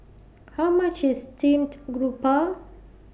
How much IS Steamed Grouper